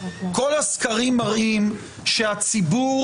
כל הסקרים מראים שהציבור,